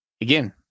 Again